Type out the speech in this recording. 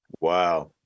Wow